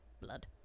blood